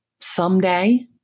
someday